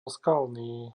skalný